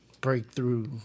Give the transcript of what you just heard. breakthrough